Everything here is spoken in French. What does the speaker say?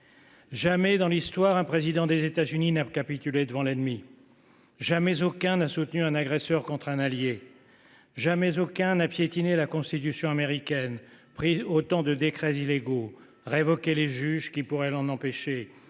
Jamais dans l’Histoire un président des États Unis n’a capitulé devant l’ennemi. Jamais aucun d’entre eux n’a soutenu un agresseur contre un allié, jamais aucun n’a piétiné la constitution américaine, pris autant de décrets illégaux, révoqué les juges qui pourraient l’en empêcher,